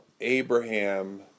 Abraham